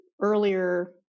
earlier